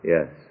Yes